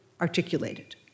articulated